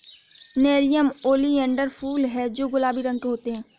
nerium oleander फूल हैं जो गुलाबी रंग के होते हैं